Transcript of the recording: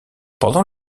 pendant